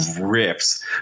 rips